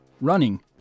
Running